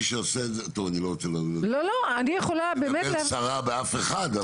אני לא רוצה לדבר סרה באף אחד,